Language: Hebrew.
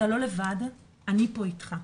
אתה לא לבד, אני פה איתך,